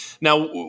Now